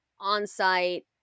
on-site